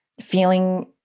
feeling